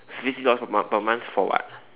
fifty dollars per month per month for what